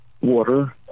water